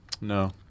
No